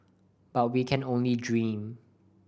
but we can only dream